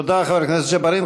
תודה לחבר הכנסת ג'בארין.